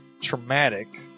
traumatic